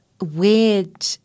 weird